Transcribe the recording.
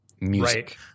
music